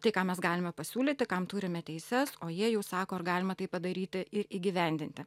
tai ką mes galime pasiūlyti kam turime teises o jie jau sako ar galima tai padaryti ir įgyvendinti